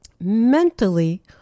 mentally